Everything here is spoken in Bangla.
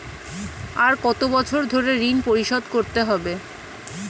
আর কত বছর ধরে ঋণ পরিশোধ করতে হবে?